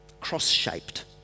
cross-shaped